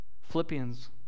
Philippians